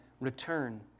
return